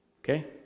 Okay